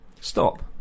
stop